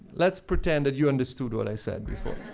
let's pretend that you understood what i said before.